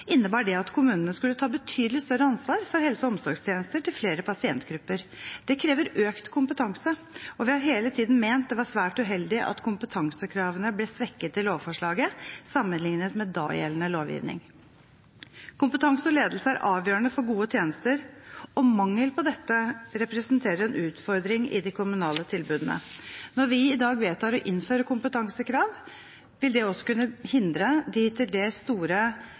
innebar det at kommunene skulle ta betydelig større ansvar for helse- og omsorgstjenester til flere pasientgrupper. Det krever økt kompetanse, og vi har hele tiden ment det var svært uheldig at kompetansekravene ble svekket i lovforslaget, sammenlignet med dagjeldende lovgivning. Kompetanse og ledelse er avgjørende for gode tjenester, og mangel på dette representerer en utfordring i de kommunale tilbudene. Når vi i dag vedtar å innføre kompetansekrav, vil det også kunne hindre de til dels store